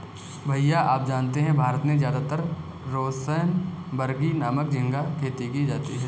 भैया आप जानते हैं भारत में ज्यादातर रोसेनबर्गी नामक झिंगा खेती की जाती है